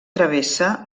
travessa